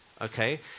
Okay